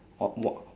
of what